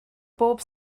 bob